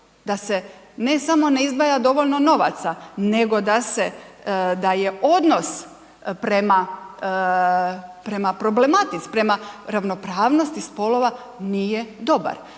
da se ne samo ne izdvaja dovoljno novaca, nego da se, da je odnos prema, prema problematici, prema ravnopravnosti spolova nije dobar.